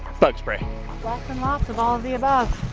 bug spray lots and lots of all of the above